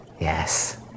Yes